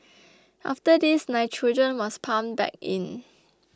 after this nitrogen was pumped back in